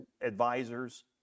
advisors